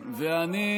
לוין,